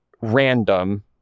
random